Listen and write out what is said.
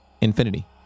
infinity